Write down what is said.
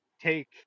take